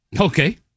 Okay